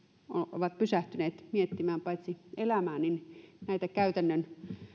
ovat pysähtyneet miettimään paitsi elämää niin näitä